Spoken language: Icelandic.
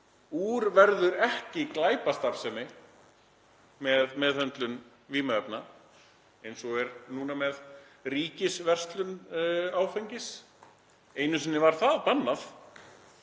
úr verður ekki glæpastarfsemi með meðhöndlun vímuefna, núna er það ríkisverslun áfengis. Einu sinni var það bannað,